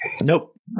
Nope